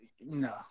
no